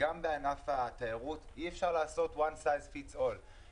וגם בענף התיירות אי אפשר לתפור חליפה אחת שמתאימה לכול.